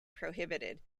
prohibited